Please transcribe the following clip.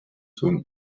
sun